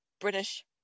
British